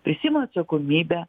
prisiimu atsakomybę